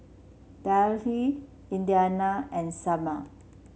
Danyell Indiana and Salma